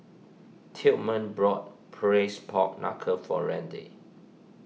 Tillman bought Braised Pork Knuckle for Randi